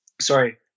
sorry